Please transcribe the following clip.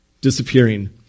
disappearing